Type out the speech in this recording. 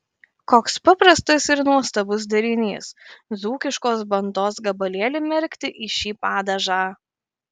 koks paprastas ir nuostabus derinys dzūkiškos bandos gabalėlį merkti į šį padažą